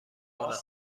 باز